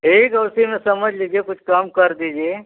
ठीक है उसी में समझ लीजिए कुछ कम कर दीजिए